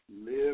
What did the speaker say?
live